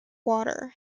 water